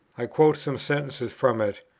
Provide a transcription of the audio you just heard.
i quote some sentences from it,